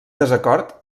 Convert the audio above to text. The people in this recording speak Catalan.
desacord